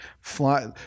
fly